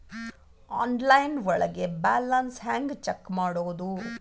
Online ಒಳಗೆ balance ಹ್ಯಾಂಗ check ಮಾಡೋದು?